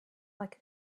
like